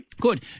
Good